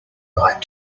right